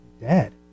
dead